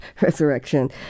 resurrection